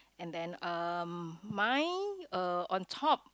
and then um mine uh on top